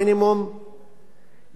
יש הפרה המונית